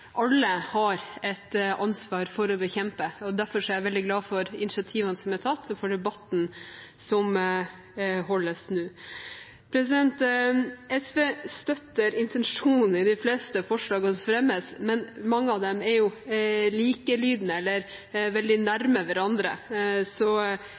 alle har et ansvar for å bekjempe. Derfor er jeg veldig glad for initiativene som er tatt, og for debatten som holdes nå. SV støtter intensjonen i de fleste forslagene som fremmes, men mange av dem er likelydende eller veldig nær hverandre, så